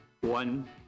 one